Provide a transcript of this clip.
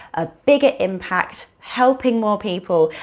a bigger impact, helping more people,